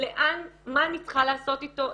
מה אני צריכה לעשות איתו,